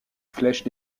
flèches